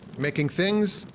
making things,